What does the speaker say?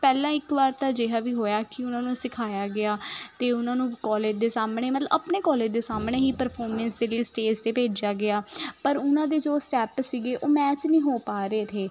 ਪਹਿਲਾਂ ਇੱਕ ਵਾਰ ਤਾਂ ਅਜਿਹਾ ਵੀ ਹੋਇਆ ਕਿ ਉਹਨਾਂ ਨੂੰ ਸਿਖਾਇਆ ਗਿਆ ਅਤੇ ਉਹਨਾਂ ਨੂੰ ਕੋਲੇਜ ਦੇ ਸਾਹਮਣੇ ਮਤਲਬ ਆਪਣੇ ਕੋਲੇਜ ਦੇ ਸਾਹਮਣੇ ਹੀ ਪ੍ਰਫੋਰਮੈਂਸ ਦੇ ਲਈ ਸਟੇਜ 'ਤੇ ਭੇਜਿਆ ਗਿਆ ਪਰ ਉਹਨਾਂ ਦੇ ਜੋ ਸਟੈਪ ਸੀਗੇ ਉਹ ਮੈਚ ਨਹੀਂ ਹੋ ਪਾ ਰਹੇ ਥੇ